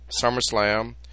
SummerSlam